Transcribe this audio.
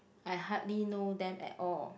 I hardly know them at all